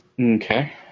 Okay